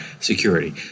security